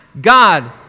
God